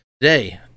today